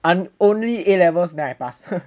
un~ only a levels then I pass